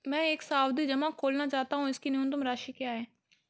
मैं एक सावधि जमा खोलना चाहता हूं इसकी न्यूनतम राशि क्या है?